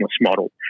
model